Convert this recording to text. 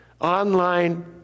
Online